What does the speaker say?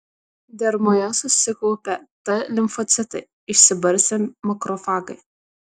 dermoje susikaupę t limfocitai išsibarstę makrofagai